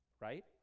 right